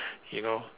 you know